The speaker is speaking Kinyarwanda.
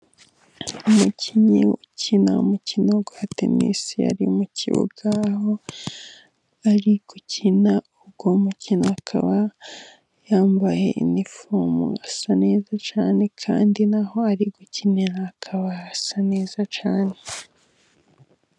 Umukinnyi ukina umukino witwa tenisi, ari mu kibuga aho ari gukina uwo mukino, akaba yambaye inifomu isa neza cyane, kandi n'aho ari gukinira hakaba hasa neza cyane.